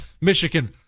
Michigan